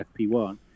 FP1